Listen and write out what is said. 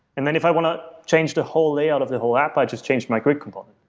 and then if i want to change the whole layout of the whole app, i just change my grid component.